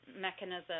mechanism